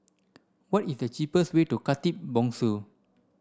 what is the cheapest way to Khatib Bongsu